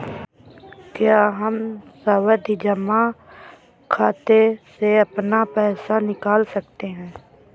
क्या हम सावधि जमा खाते से अपना पैसा निकाल सकते हैं?